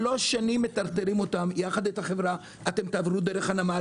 שלוש שנים מטרטרים אותם יחד עם החברה - אתם תעברו דרך הנמל,